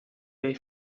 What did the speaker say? dai